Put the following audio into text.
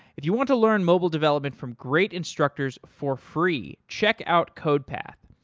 if you want to learn mobile development from great instructors for free, check out codepath.